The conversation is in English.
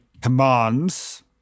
commands